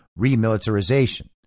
remilitarization